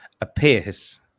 appears